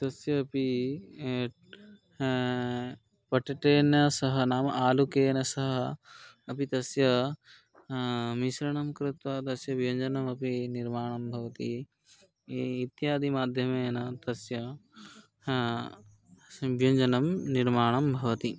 तस्यपि एट् पोटेटेन सः नाम आलुकेन सः अपि तस्य मिश्रणं कृत्वा तस्य व्यञ्जनमपि निर्माणं भवति ई इत्यादि माध्यमेन तस्य सिं व्यञ्जनं निर्माणं भवति